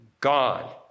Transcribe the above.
gone